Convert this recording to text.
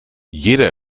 jeder